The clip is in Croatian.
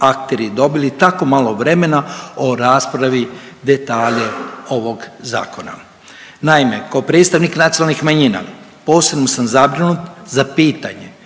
akteri dobili tako malo vremena o raspravi detalje ovog zakona. Naime, kao predstavnik nacionalnih manjina posebno sam zabrinut za pitanje